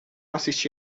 assisti